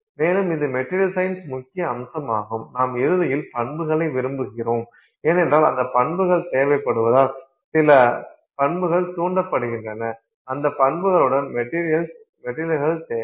மேலும் இது மெட்டீரியல் சயின்ஸில் முக்கிய அம்சமாகும் நாம் இறுதியில் பண்புகளை விரும்புகிறோம் ஏனென்றால் அந்த பண்புகள் தேவைப்படுவதால் சில பண்புகள் தூண்டபடுகின்றன அந்த பண்புகளுடன் மெட்டீரியல்கள் தேவை